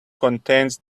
contains